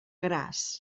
graz